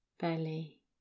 belly